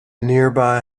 nearby